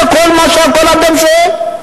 זה כל מה שהבן-אדם שואל.